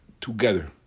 together